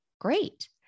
great